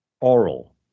oral